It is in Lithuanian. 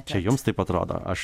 čia jums taip atrodo aš